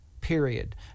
period